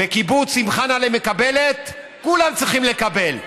בקיבוץ, אם חנהל'ה מקבלת, כולם צריכים לקבל.